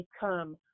become